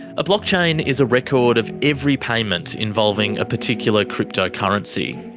a blockchain is a record of every payment involving a particular cryptocurrency.